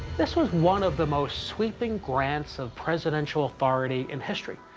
this was one of the most sweeping grants of presidential authority in history.